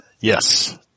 Yes